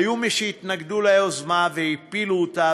היו מי שהתנגדו ליוזמה והפילו אותה,